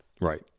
Right